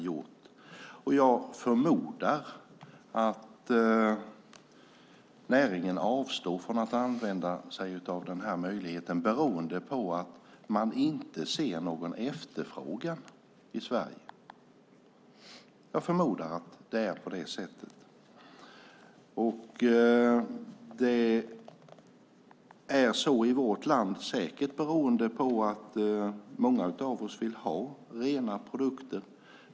Jag förmodar att näringen avstår från att använda sig av den här möjligheten för att man inte ser någon efterfrågan i Sverige. Det är så i vårt land, säkert beroende på att många av oss vill ha rena produkter.